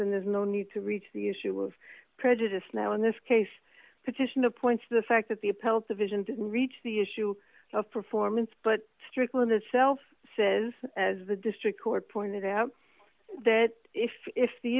and there's no need to reach the issue of prejudice now in this case partition appoints the fact that the appellate division didn't reach the issue of performance but strickland itself says as the district court pointed out that if if the